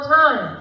time